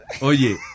Oye